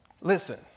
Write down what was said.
Listen